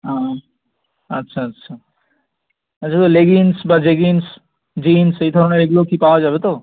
ও আচ্ছা আচ্ছা আচ্ছা তা লেগিন্স বা জেগিন্স জিন্স এই ধরনের এগুলো কী পাওয়া যাবে তো